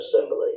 assembly